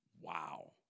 Wow